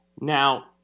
now